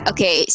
Okay